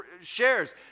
shares